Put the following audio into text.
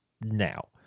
now